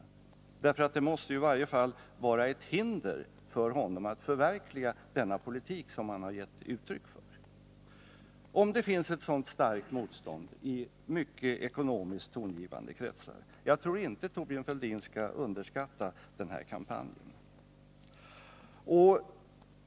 Den måste ju vara i varje fall ett hinder för honom att förverkliga den politik som han givit uttryck för. Det finns alltså ett sådant starkt motstånd i ekonomiskt mycket tongivande kretsar, och jag menar att Thorbjörn Fälldin inte skall underskatta denna kampanj.